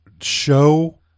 show